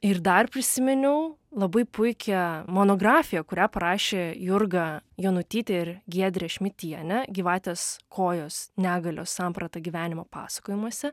ir dar prisiminiau labai puikią monografiją kurią aprašė jurga jonutytė ir giedrė šmitienė gyvatės kojos negalios samprata gyvenimo pasakojimuose